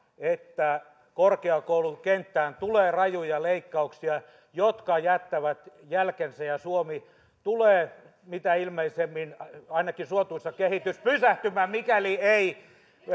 että korkeakoulukenttään tulee rajuja leikkauksia jotka jättävät jälkensä ja suomessa tulee mitä ilmeisemmin ainakin suotuisa kehitys pysähtymään mikäli ei